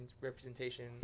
representation